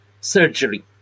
surgery